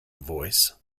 voice